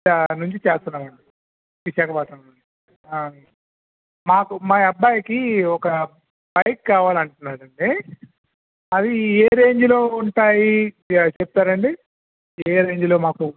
ఆడ నుంచి చేస్తున్నాం అండి విశాఖపట్నం నుంచి ఆయి మాకు మా అబ్బాయికి ఒక బైకు కావాలని అంటున్నాడండి అది ఏ రేంజ్లో ఉంటాయి చెప్తారా అండి ఏ రేంజ్లో మాకు